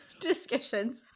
discussions